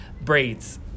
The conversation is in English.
braids